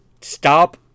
stop